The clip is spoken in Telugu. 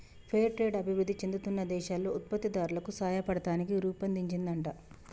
ఫెయిర్ ట్రేడ్ అభివృధి చెందుతున్న దేశాల్లో ఉత్పత్తి దారులకు సాయపడతానికి రుపొన్దించిందంట